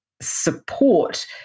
support